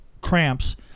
cramps